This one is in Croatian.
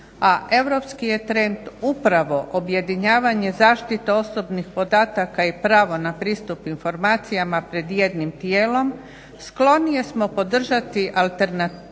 a europski je trend upravo objedinjavanje zaštite osobnih podataka i pravo na pristup informacijama pred jednim tijelom, sklonije smo podržati alternativni